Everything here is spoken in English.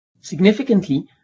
significantly